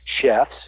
chefs